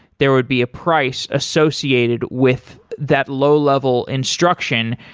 there would be a price associated with that low level instruction.